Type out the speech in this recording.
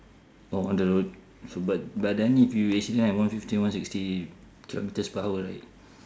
oh on the road but but then if you accident at one fifty one sixty kilometres per hour right